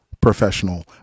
professional